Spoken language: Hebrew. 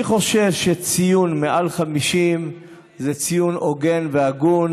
אני חושב שציון מעל 50 זה ציון הוגן והגון